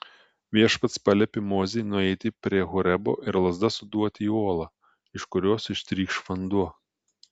viešpats paliepė mozei nueiti prie horebo ir lazda suduoti į uolą iš kurios ištrykš vanduo